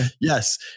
yes